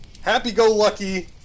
happy-go-lucky